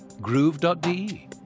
groove.de